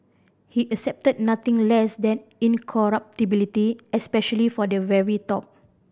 he accepted nothing less than incorruptibility especially for the very top